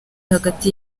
hagati